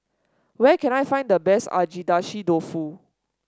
where can I find the best Agedashi Dofu